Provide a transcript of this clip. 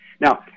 Now